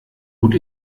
gut